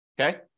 Okay